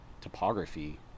topography